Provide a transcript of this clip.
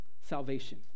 salvation